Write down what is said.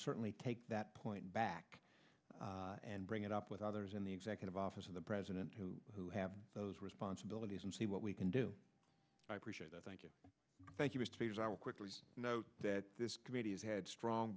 certainly take that point back and bring it up with others in the executive office of the president who who have those responsibilities and see what we can do i appreciate that thank you thank you note that this committee has had strong